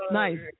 nice